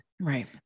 Right